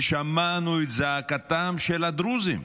ושמענו את זעקתם של הדרוזים.